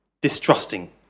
distrusting